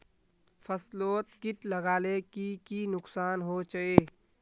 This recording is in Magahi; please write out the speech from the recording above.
फसलोत किट लगाले की की नुकसान होचए?